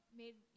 made